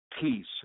peace